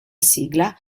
sigla